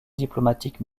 diplomatiques